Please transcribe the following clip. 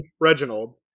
reginald